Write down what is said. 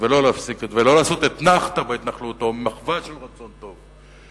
ולא לעשות אתנחתא בהתנחלות או מחווה של רצון טוב.